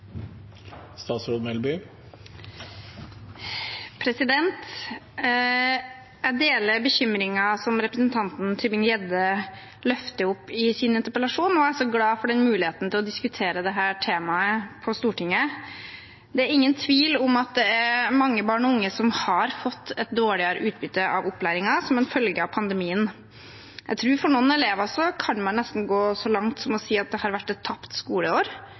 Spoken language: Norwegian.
Jeg deler bekymringen som representant Tybring-Gjedde løfter fram i sin interpellasjon, og jeg er også glad for muligheten til å diskutere dette temaet på Stortinget. Det er ingen tvil om at mange barn og unge har fått et dårligere utbytte av opplæringen som en følge av pandemien. For noen elever kan man nesten gå så langt som å si at det har vært et tapt skoleår,